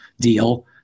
deal